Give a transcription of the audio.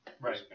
Right